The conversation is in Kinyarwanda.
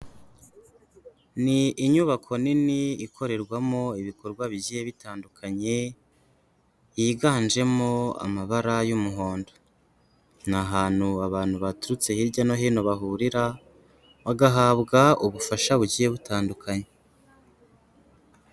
Ni inyubako nini ikorerwamo ibikorwa bigiye bitandukanye, yiganjemo amabara y'umuhondo. Ni ahantu abantu baturutse hirya no hino bahurira, bagahabwa ubufasha bugiye butandukanye.